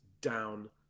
down